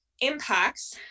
impacts